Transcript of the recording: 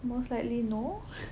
most likely no